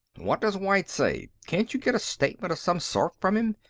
what does white say. can't you get a statement of some sort from him?